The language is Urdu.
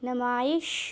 نمائش